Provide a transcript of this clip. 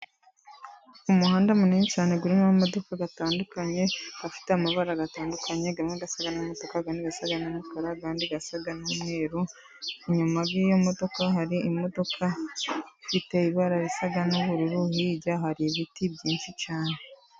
Umuhanda munini cyane urimo amamodoka atandukanye, afite amabara atandukanye, amwe asa n'umutuku, andi asa n'umukara, andi asa n'umweruru, inyuma y'iyo modoka hari imodoka ifite ibara risa n'ubururu, hirya hari ibiti byinshi cyane.